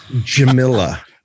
Jamila